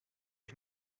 ich